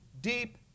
deep